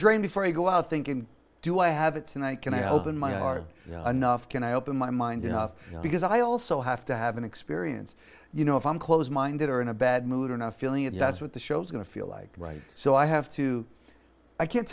drained before i go out thinking do i have it and i can i open my are enough can i open my mind enough because i also have to have an experience you know if i'm close minded or in a bad mood or not feeling it that's what the show's going to feel like right so i have to i can't